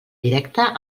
directe